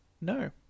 No